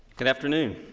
good afternoon.